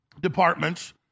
departments